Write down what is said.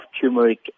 turmeric